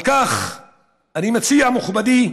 לכן אני מציע, מכובדי,